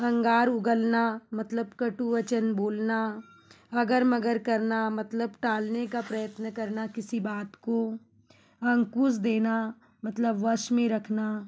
अंगार उगलना मतलब कटु वचन बोलना अगर मगर करना मतलब टालने का प्रयत्न करना किसी बात को अंकुश देना मतलब वश में रखना